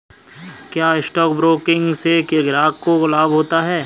क्या stock broking से ग्राहक को लाभ होता है?